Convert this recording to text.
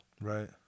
Right